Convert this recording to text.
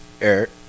Eric